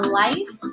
life